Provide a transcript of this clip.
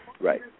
Right